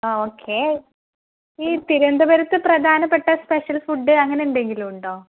ആ ഓക്കേ ഈ തിരുവനന്തപുരത്ത് പ്രധാനപ്പെട്ട സ്പെഷ്യൽ ഫുഡ് അങ്ങനെയെന്തെങ്കിലുമുണ്ടോ